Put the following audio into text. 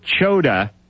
choda